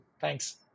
Thanks